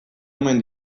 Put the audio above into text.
omen